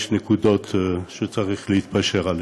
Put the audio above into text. יש נקודות שצריך להתפשר עליהן.